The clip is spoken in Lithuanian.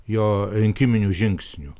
jo rinkiminių žingsnių